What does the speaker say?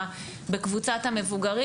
בקבוצת המבוגרים.